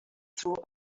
through